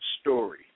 story